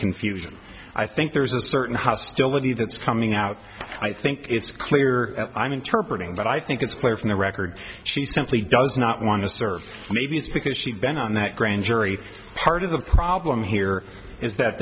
confusion i think there's a certain hostility that's coming out i think it's clear i'm interprete ing but i think it's clear from the record she simply does not want to serve maybe it's because she bent on that grand jury part of the problem here is that